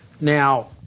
Now